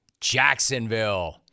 Jacksonville